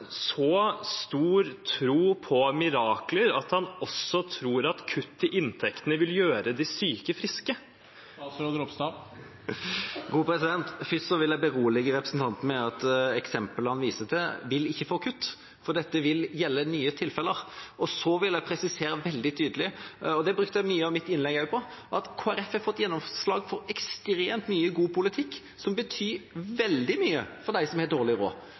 så stor tro på mirakler at han også tror at kutt i inntekt vil gjøre de syke friske? Først vil jeg berolige representanten med at eksemplet han viser til, ikke vil få kutt, for dette vil gjelde nye tilfeller. Så vil jeg presisere veldig tydelig – og det brukte jeg også mye av mitt innlegg på – at Kristelig Folkeparti har fått gjennomslag for ekstremt mye god politikk, som betyr veldig mye for dem som har dårlig råd.